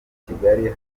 kigali